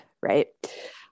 right